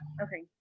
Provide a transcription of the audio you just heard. Okay